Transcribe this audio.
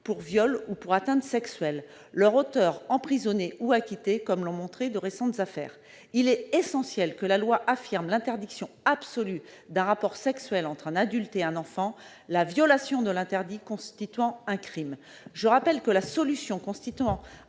pour viol ou pour atteinte sexuelle, leur auteur emprisonné ou acquitté, comme l'ont montré de récentes affaires. Il est essentiel que la loi affirme « l'interdiction absolue d'un rapport sexuel entre un adulte et un enfant, la violation de l'interdit constituant un crime ». Je rappelle que la solution consistant